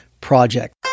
project